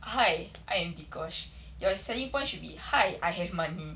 hi I am dee kosh your selling point should be hi I have money